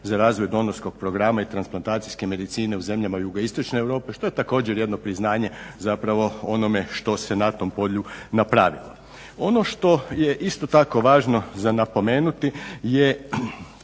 za razvoj donorskog programa i transplantacijske medicine u zemljama Jugoistočne Europe što je također jedno priznanje zapravo onome što se na tom polju napravilo. Ono što je isto tako važno za napomenuti je